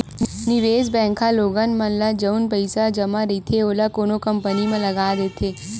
निवेस बेंक ह लोगन मन ह जउन पइसा जमा रहिथे ओला कोनो कंपनी म लगा देथे